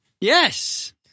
Yes